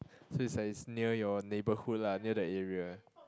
so is like is near your neighborhood lah near the area